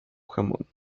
jamón